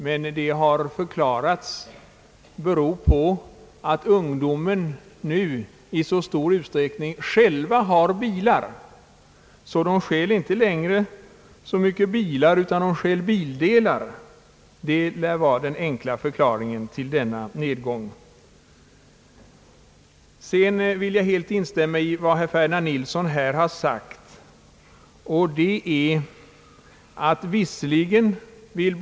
Minskningen har emellertid förklarats bero på att ungdomen nu i så stor utsträckning har egna bilar, varför det inte längre stjäls så många bilar utan i stället bildelar. Det lär vara den enkla förklaringen till minskningen. Jag vill i sak helt instämma i vad herr Ferdinand Nilsson anför.